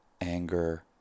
anger